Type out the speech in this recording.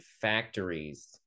factories